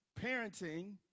parenting